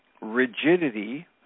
rigidity